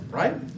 right